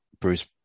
Bruce